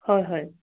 হয় হয়